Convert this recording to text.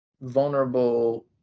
vulnerable